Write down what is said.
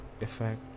effect